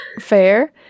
fair